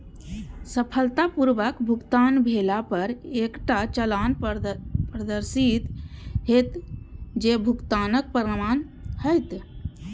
सफलतापूर्वक भुगतान भेला पर एकटा चालान प्रदर्शित हैत, जे भुगतानक प्रमाण हैत